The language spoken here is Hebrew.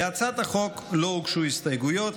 להצעת החוק לא הוגשו הסתייגויות.